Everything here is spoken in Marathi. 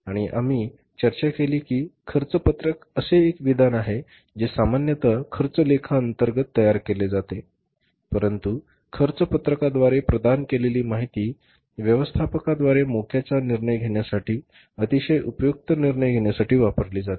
आणि आम्ही चर्चा केली की खर्च पत्रक असे एक विधान आहे जे सामान्यत खर्च लेखा अंतर्गत तयार केले जाते परंतु खर्च पत्रकाद्वारे प्रदान केलेली माहिती व्यवस्थापकाद्वारे मोक्याचा निर्णय घेण्यासाठी अतिशय उपयुक्त निर्णय घेण्यासाठी वापरली जाते